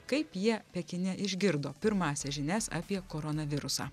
kaip jie pekine išgirdo pirmąsias žinias apie koronavirusą